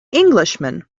englishman